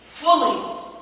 fully